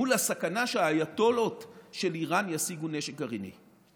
מול הסכנה שהאייתוללות של איראן ישיגו נשק גרעיני.